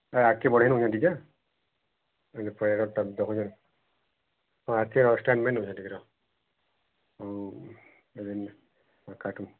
ଏ ଆଗ୍କେ ବଢ଼େଇ ଦଉନ୍ ଟିକେ ହଁ ଆଗ୍କେ ଷ୍ଟାଣ୍ଡ ମେନ୍ ଟିକେ ରହ ଉଁ ରେନ୍ ହଁ କାଟୁନ୍